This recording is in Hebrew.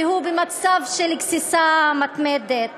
והוא במצב של גסיסה מתמדת.